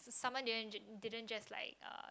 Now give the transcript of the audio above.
someone didn't didn't just like uh